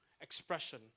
expression